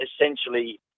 essentially